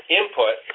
input